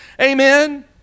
amen